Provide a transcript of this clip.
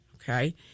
okay